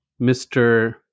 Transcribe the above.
Mr